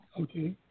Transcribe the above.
Okay